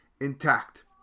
intact